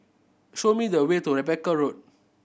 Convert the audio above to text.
show me the way to Rebecca Road